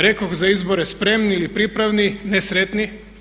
Rekoh za izbore spremni ili pripravni, ne sretni.